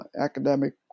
academic